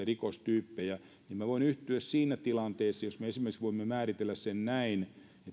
rikostyyppejä niin minä voin yhtyä siihen siinä tilanteessa jos me esimerkiksi voimme määritellä sen näin että